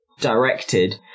directed